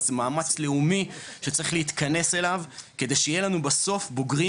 אבל זה מאמץ לאומי שצריך להתכנס אליו כדי שיהיה לנו בסוף בוגרים,